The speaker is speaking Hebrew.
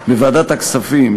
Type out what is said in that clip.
בוועדת הכספים,